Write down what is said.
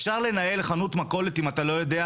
אפשר לנהל חנות מכולת בלי לדעת מה יהיה?